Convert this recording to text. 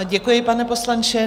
Děkuji, pane poslanče.